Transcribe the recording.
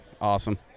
awesome